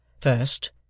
First